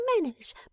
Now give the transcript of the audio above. manners